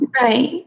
Right